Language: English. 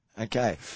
Okay